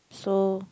so